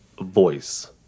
voice